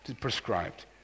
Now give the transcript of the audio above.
prescribed